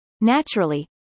naturally